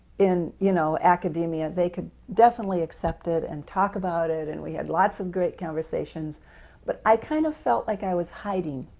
in you know academia, they could definitely accept it and talk about it. and we had lots of great conversations but i kind of felt like i was hiding,